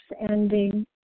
ending